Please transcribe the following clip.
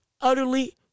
utterly